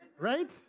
right